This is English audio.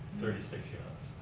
thirty six units.